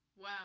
Wow